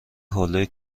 حوله